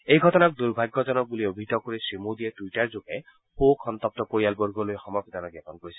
এই ঘটনাক দূৰ্ভাগ্যজনক বুলি অভিহিত কৰি শ্ৰীমোদীয়ে টুইটাৰযোগে শোকসন্তপ্ত পৰিয়ালবগলৈ সমবেদনা জ্ঞাপন কৰিছে